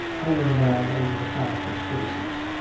hanging now over the plaster spaces.